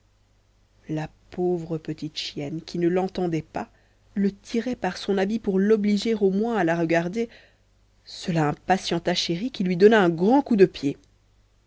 la pauvre petite chienne qui ne l'entendait pas le tirait par son habit pour l'obliger à la regarder au moins cela impatienta chéri qui lui donna un grand coup de pied